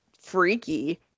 freaky